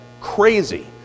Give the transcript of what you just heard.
crazy